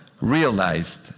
realized